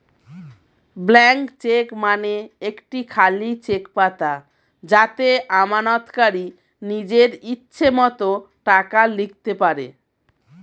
blank cheque মানে একটি খালি চেক পাতা যাতে আমানতকারী নিজের ইচ্ছে মতো টাকা লিখতে পারে